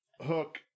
Hook